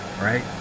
right